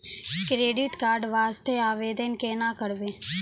Credit card के वास्ते आवेदन केना करबै?